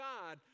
God